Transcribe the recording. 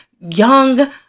young